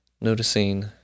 noticing